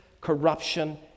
corruption